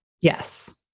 Yes